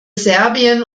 serbien